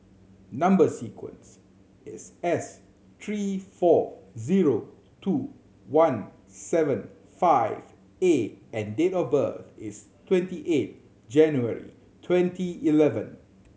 number sequence is S three four zero two one seven five A and date of birth is twenty eight January twenty eleven